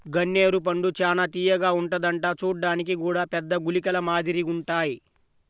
గన్నేరు పండు చానా తియ్యగా ఉంటదంట చూడ్డానికి గూడా పెద్ద గుళికల మాదిరిగుంటాయ్